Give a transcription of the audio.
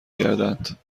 کردند